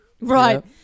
Right